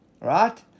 right